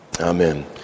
Amen